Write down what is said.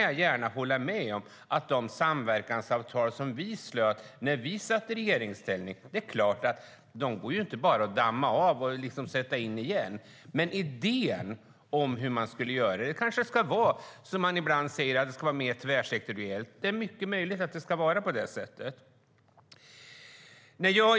Jag kan hålla med om att de samverkansavtal som vi slöt när vi satt i regeringsställning inte bara kan dammas av och sättas in igen, men det handlar om idén om hur man ska göra. Det kanske ska vara mer tvärsektoriellt, som man ibland säger. Det är mycket möjligt.